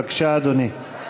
בבקשה, אדוני.